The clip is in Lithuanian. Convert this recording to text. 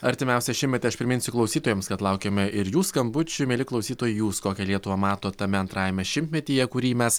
artimiausią šimtmetį aš priminsiu klausytojams kad laukiame ir jų skambučių mieli klausytojai jūs kokią lietuvą matot tame antrajame šimtmetyje kurį mes